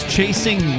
Chasing